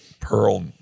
pearl